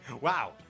Wow